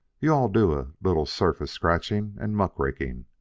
you-all'll do a little surface-scratchin' and muck-raking,